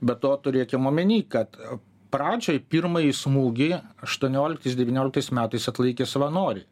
be to turėkim omeny kad pradžioj pirmąjį smūgį aštuonioliktais devynioliktais metais atlaikė savanoriai